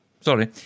Sorry